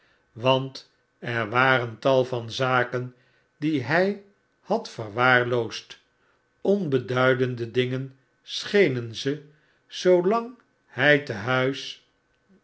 want er waren tal van zaken die hij had verwaarloosd onbeduidende dingen schenenze zoalang hij te huis